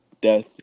death